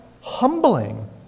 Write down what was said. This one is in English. humbling